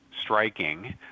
striking